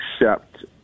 accept